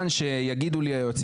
מתערב בחקירות